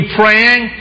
praying